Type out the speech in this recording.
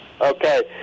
Okay